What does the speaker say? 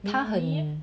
他很